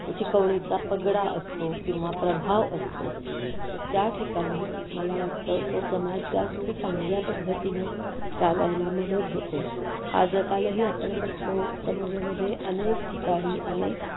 शिकवणीचा पगडा असतो किंवा प्रभाव असतो तर त्या ठिकाणी मला वाटतं तो समाज जास्त चांगल्या पद्धतीनं चालायला मदत होते आजकालही आपण बघतो समाजामध्ये अनेक ठिकाणी अनेक